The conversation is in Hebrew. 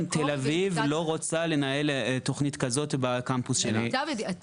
תל אביב לא רוצה לנהל תוכנית כזאת בקמפוס שלה.